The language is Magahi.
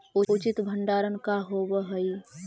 उचित भंडारण का होव हइ?